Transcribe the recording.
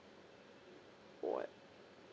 what